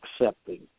accepting